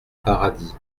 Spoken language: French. paradis